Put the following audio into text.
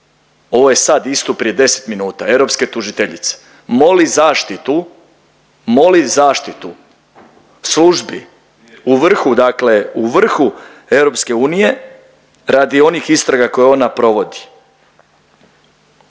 Ovo je sad istup prije 10 minuta, europske tužiteljice, moli zaštitu službi u vrhu dakle, u vrhu EU radi onih istraga koje ona provodi.